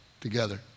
together